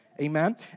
Amen